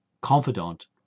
confidant